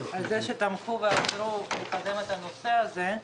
שתמכו ועזרו לקדם את הנושא הזה.